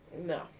No